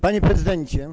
Panie Prezydencie!